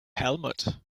helmet